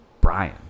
Brian